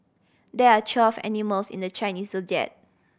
there are twelve animals in the Chinese Zodiac